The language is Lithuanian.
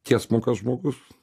tiesmukas žmogus